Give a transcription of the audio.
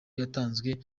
yatanzwe